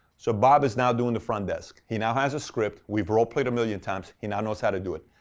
so bob is now doing the front desk. he now has a script. we've role played a million times. he now knows how to do it.